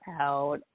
out